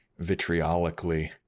vitriolically